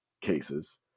cases